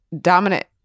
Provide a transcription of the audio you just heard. dominant